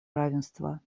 равенства